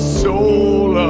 soul